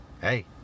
Hey